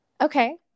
Okay